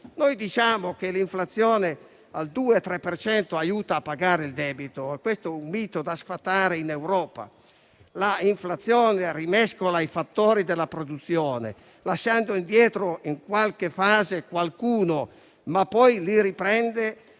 Noi diciamo invece che l'inflazione al 2-3 per cento aiuta a pagare il debito e questo è un mito da sfatare in Europa. L'inflazione rimescola i fattori della produzione, lasciando indietro qualcuno in qualche fase, ma poi li riprende